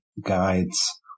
guides